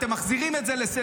אתם מחזירים את זה לסדר-היום,